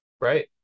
Right